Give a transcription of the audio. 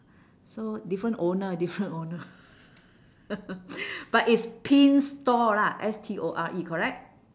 so different owner different owner but it's pin's store lah S T O R E correct